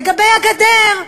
לגבי הגדר.